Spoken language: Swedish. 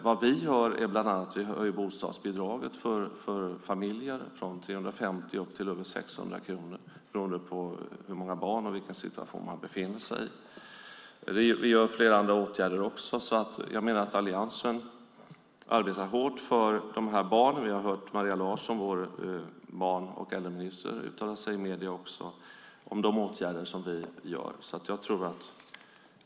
Vad vi gör är bland annat att höja bostadsbidraget för familjer från 350 kronor upp till över 600 kronor beroende på hur många barn man har och vilken situation man befinner sig i. Vi vidtar också flera andra åtgärder. Jag menar att Alliansen arbetar hårt för de här barnen. Vi har hört Maria Larsson, vår barn och äldreminister, uttala sig i medierna om de åtgärder som vi vidtar.